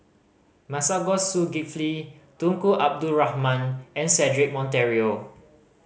Masagos Zulkifli Tunku Abdul Rahman and Cedric Monteiro